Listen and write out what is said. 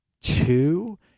two